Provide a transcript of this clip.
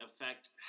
affect